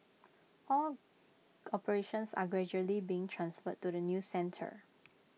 all operations are gradually being transferred to the new centre